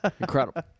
Incredible